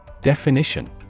Definition